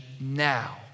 now